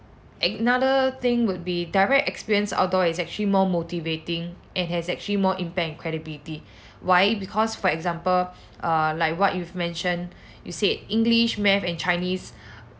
another thing would be direct experience outdoor is actually more motivating and has actually more impact and credibility why because for example err like what you've mentioned you said english math and chinese